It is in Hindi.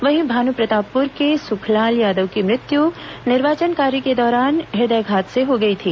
वहीं भानुप्रतापपुर के सुखलाल यादव की मृत्यु निर्वाचन कार्य के दौरान हदयघात से हो गई थी